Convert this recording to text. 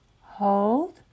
hold